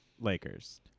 Lakers